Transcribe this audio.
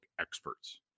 experts